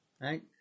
Right